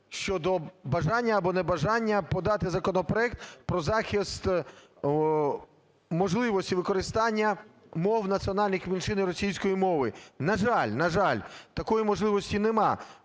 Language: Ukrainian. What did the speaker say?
щодо бажання або небажання подати законопроект про захист можливості використання мов національних меншин і російської мови. На жаль, на жаль, такої можливості нема,